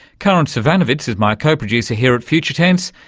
karin zsivanovits is my co-producer here at future tense,